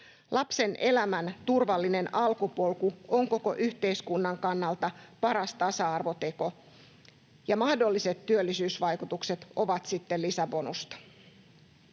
Lapsen elämän turvallinen alkupolku on koko yhteiskunnan kannalta paras tasa-arvoteko, ja mahdolliset työllisyysvaikutukset ovat sitten lisäbonusta.